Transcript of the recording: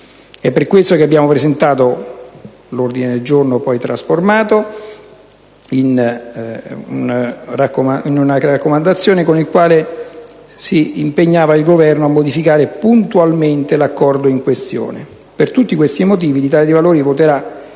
È per questo che abbiamo presentato l'ordine del giorno G101 (poi trasformato in una raccomandazione), con il quale si impegnava il Governo a modificare puntualmente l'Accordo in questione. Per tutti questi motivi, l'Italia dei Valori voterà